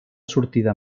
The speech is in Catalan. sortida